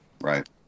Right